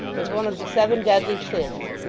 was one of the seven deadly sins,